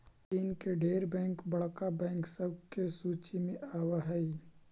चीन के ढेर बैंक बड़का बैंक सब के सूची में आब हई